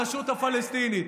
ברשות הפלסטינית.